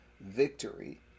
victory